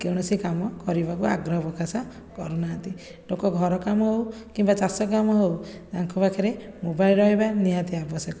କୌଣସି କାମ କରିବାକୁ ଆଗ୍ରହ ପ୍ରକାଶ କରୁନାହାନ୍ତି ଲୋକ ଘର କାମ ହେଉ କିମ୍ବା ଚାଷ କାମ ହେଉ ତାଙ୍କ ପାଖରେ ମୋବାଇଲ୍ ରହିବା ନିହାତି ଆବଶ୍ୟକ